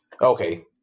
okay